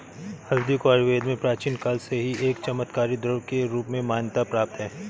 हल्दी को आयुर्वेद में प्राचीन काल से ही एक चमत्कारिक द्रव्य के रूप में मान्यता प्राप्त है